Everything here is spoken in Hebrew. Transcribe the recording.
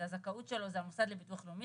הזכאות שלו זה המוסד לביטוח לאומי,